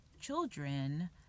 children